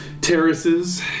terraces